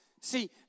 See